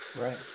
Right